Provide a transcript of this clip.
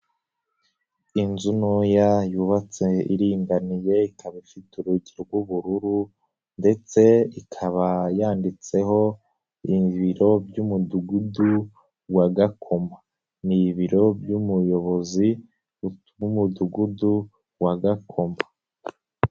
Inzu ntoya yubatse iringaniye ikaba ifite urugi rw'ubururu ndetse ikaba yanditseho ibiro by'Umudugudu wa Gakoma, ni ibiro by'umuyobozi w'Umudugudu wa Gakoma.